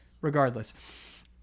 regardless